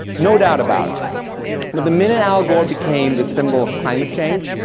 no doubt about it. but the minute al gore became the symbol of climate change,